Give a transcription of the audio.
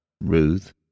Ruth